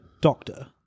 doctor